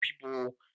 people